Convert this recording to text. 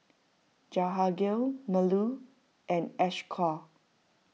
Jehangirr Bellur and Ashoka